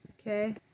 okay